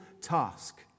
task